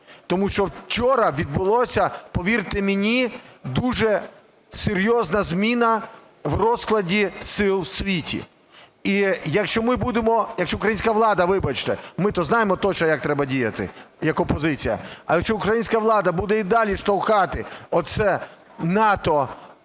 Тому що вчора відбулася, повірте мені, дуже серйозна зміна в розкладі сил в світі. І якщо ми будемо, якщо українська влада, вибачте, ми то знаємо точно, як треба діяти, як опозиція, але якщо українська влада буде і далі штовхати це в НАТО,